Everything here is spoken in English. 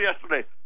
yesterday